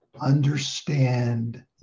understand